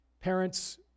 Parents